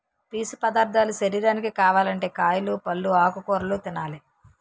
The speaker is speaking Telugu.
పీసు పదార్ధాలు శరీరానికి కావాలంటే కాయలు, పల్లు, ఆకుకూరలు తినాలి